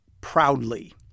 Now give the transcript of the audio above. proudly